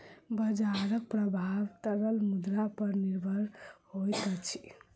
बजारक प्रभाव तरल मुद्रा पर निर्भर होइत अछि